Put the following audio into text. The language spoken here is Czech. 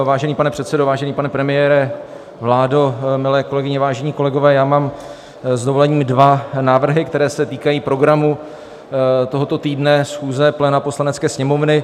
Vážený pane předsedo, vážený pane premiére, vládo, milé kolegyně, vážení kolegové, mám s dovolením dva návrhy, které se týkají programu tohoto týdne schůze pléna Poslanecké sněmovny.